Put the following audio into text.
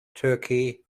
turkey